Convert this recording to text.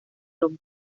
roma